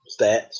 Stats